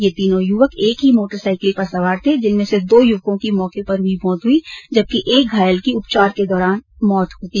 ये तीनों युवक एक ही मोटरसाईकिल पर सवार थे जिनमें से दो युवकों की मौके पर ही मौत हुईजबकि एक घायल की उपचार के दौरान मौत हुई